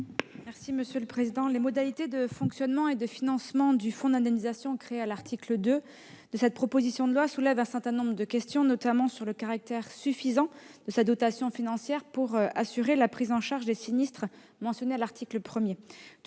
du Gouvernement ? Les modalités de fonctionnement et de financement du fonds d'indemnisation créé à l'article 2 de cette proposition de loi soulèvent un certain nombre de questions, notamment sur le niveau de sa dotation financière, qui doit être suffisant pour assurer la prise en charge des sinistres mentionnés à l'article 1.